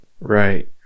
right